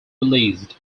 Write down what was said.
released